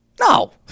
No